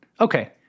Okay